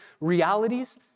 realities